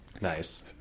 nice